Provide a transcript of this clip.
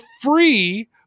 free